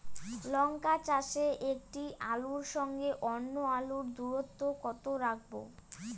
লঙ্কা চাষে একটি আলুর সঙ্গে অন্য আলুর দূরত্ব কত রাখবো?